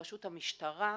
בראשות המשטרה,